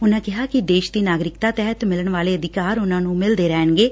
ਉਨੂਾ ਕਿਹਾ ਕਿ ਦੇਸ਼ ਦੀ ਨਗਰਿਕਤਾ ਤਹਿਤ ਮਿਲਣ ਵਾਲੇ ਅਧਿਕਾਰ ਉਨੂਾ ਨੂੰ ਮਿਲਦੇ ਰਹਿਣਗੇ